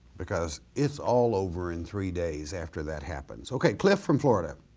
because it's all over in three days after that happens. okay cliff from florida,